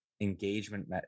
engagement